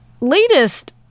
latest